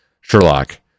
Sherlock